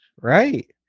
Right